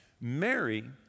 Mary